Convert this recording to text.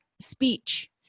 speech